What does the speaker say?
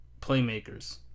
playmakers